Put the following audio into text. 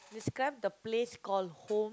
describe the place call home